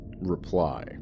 Reply